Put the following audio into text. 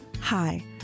Hi